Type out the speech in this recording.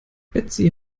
betsy